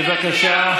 בבקשה.